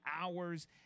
hours